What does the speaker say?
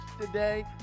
today